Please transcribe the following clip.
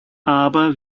aber